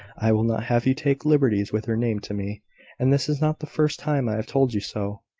i will not have you take liberties with her name to me and this is not the first time i have told you so.